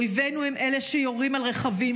אויבינו הם אלה שיורים על רכבים,